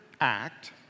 act